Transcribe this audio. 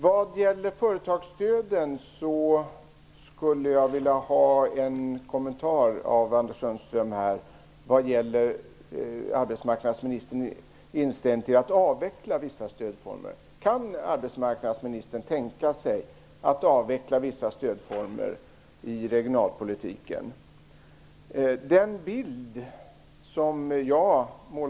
Vad gäller företagsstöden skulle jag vilja ha en kommentar av Anders Sundström om hans inställning till att avveckla vissa stödformer. Kan arbetsmarknadsministern tänka sig att avveckla vissa stödformer i regionalpolitiken?